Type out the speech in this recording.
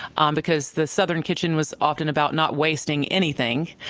um because the southern kitchen was often about not wasting anything.